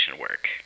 work